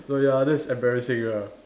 so ya that's embarrassing lah